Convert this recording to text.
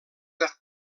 per